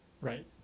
Right